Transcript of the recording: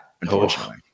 unfortunately